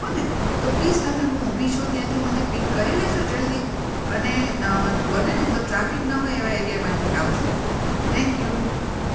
હોને તો પ્લીસ તમે હું ઊભી છું ત્યાંથી મને પીક કરી લેશો જલ્દી અને બનેને તો ટ્રાફિક ન હોય એવા એરિઆમાંથી આવજો થેન્ક યુ